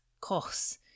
costs